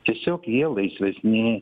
tiesiog jie laisvesni